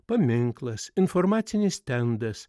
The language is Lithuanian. paminklas informacinis stendas